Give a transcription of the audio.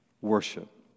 worship